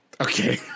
Okay